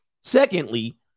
Secondly